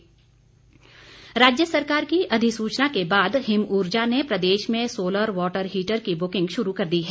हिमऊर्जा राज्य सरकार की अधिसूचना के बाद हिमऊर्जा ने प्रदेश में सोलर वाटर हीटर की बुकिंग शुरू कर दी है